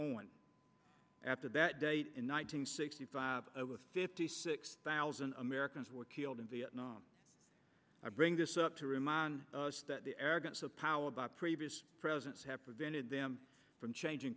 on after that date in one nine hundred sixty five fifty six thousand americans were killed in vietnam i bring this up to remind us that the arrogance of power by previous presidents have prevented them from changing